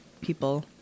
people